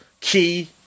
key